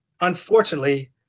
unfortunately